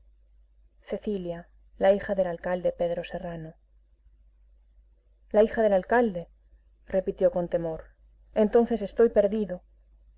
cecilia la hija del alcalde pedro serrano la hija del alcalde repitió con temor entonces estoy perdido